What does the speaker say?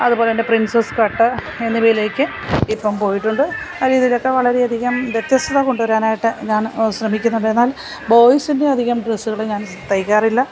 അതുപോലെ തന്നെ princess cut എന്നിവയിലേക്ക് ഇപ്പം പോയിട്ടുണ്ട് ആ രീതിയിലൊക്കെ വളരെയധികം വ്യത്യസ്തത കൊണ്ടുവരാനായിട്ട് ഞാൻ ശ്രമിക്കുന്നുണ്ട് എന്നാല് ബോയ്സിന്റെ അധികം ഡ്രസ്സുകൾ ഞാന് തയ്ക്കാറില്ല